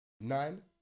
nine